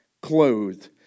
clothed